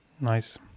Nice